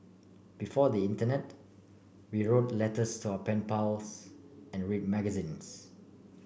before the internet we wrote letters to our pen pals and read magazines